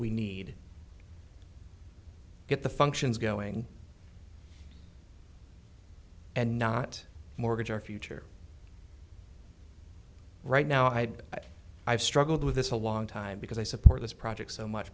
we need get the functions going and not mortgage our future right now i have struggled with this a long time because i support this project so much